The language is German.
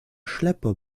schlepper